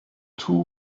two